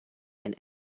and